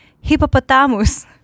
Hippopotamus